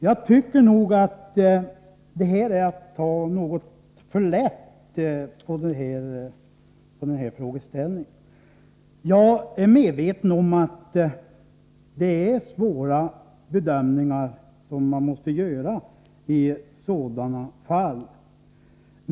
Jag tycker nog att det är att ta något för lätt på den här frågeställningen. Jag är medveten om att man måste göra svåra bedömningar i sådana fall.